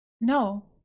No